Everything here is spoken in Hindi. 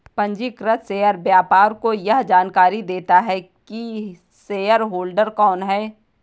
पंजीकृत शेयर व्यापार को यह जानकरी देता है की शेयरहोल्डर कौन है